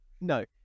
No